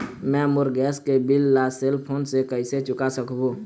मैं मोर गैस के बिल ला सेल फोन से कइसे चुका सकबो?